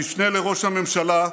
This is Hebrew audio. המשנה לראש הממשלה,